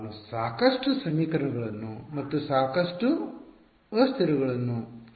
ನಾನು ಸಾಕಷ್ಟು ಸಮೀಕರಣ ಗಳನ್ನು ಮತ್ತು ಸಾಕಷ್ಟು ಅಸ್ಥಿರಗಳನ್ನು ಹೇಗೆ ಪಡೆಯುತ್ತೇನೆ